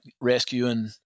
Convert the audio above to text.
rescuing